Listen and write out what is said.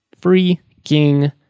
Freaking